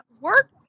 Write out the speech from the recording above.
work